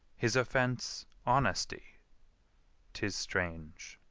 his offence, honesty tis strange.